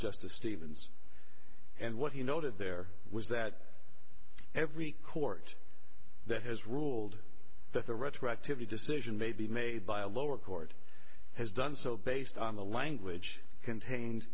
justice stevens and what he noted there was that every court that has ruled that the retroactively decision may be made by a lower court has done so based on the language contained